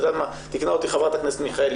תיקנה אותי חברת הכנסת מיכאלי,